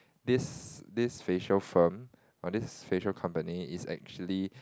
this this facial firm or this facial company is actually